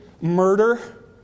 murder